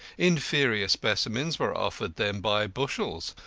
inferior specimens were offered them by bushels,